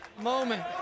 moment